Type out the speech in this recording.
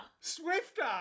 Swifter